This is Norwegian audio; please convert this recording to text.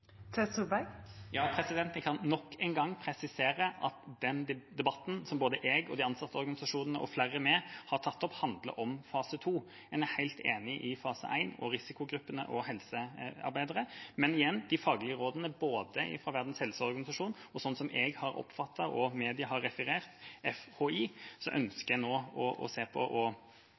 Tvedt Solberg – til oppfølgingsspørsmål. Jeg kan nok en gang presisere at den debatten både jeg og de ansatte i organisasjonene, og flere med, har tatt opp, handler om fase 2. En er helt enig i fase 1 og risikogruppene og helsearbeidere. Men igjen: Ut fra de faglige rådene, både fra Verdens helseorganisasjon og slik jeg har oppfattet og mediene har referert FHI, ønsker en nå å se på om en skal prioritere ansatte i skoler og